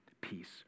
peace